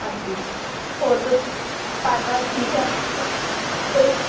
ਹਾਂਜੀ ਹੋਰ ਕੁਝ ਘਰ ਬਾਰ ਠੀਕ ਹੈ